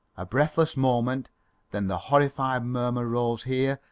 a breathless moment then the horrified murmur rose here,